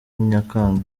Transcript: nyakanga